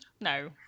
no